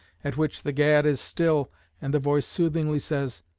at which the gad is still and the voice soothingly says,